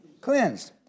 Cleansed